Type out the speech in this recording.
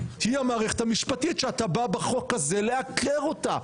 היא המערכת המשפטית שאתה בא בחוק הזה לעקר אותה.